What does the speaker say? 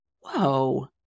whoa